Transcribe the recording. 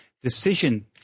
decision